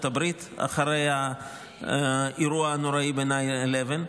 הברית אחרי האירוע הנוראי ב-11 בספטמבר.